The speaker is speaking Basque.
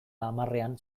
hamarrean